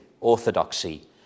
orthodoxy